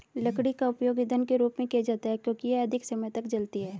लकड़ी का उपयोग ईंधन के रूप में किया जाता है क्योंकि यह अधिक समय तक जलती है